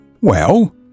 Well